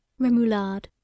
Remoulade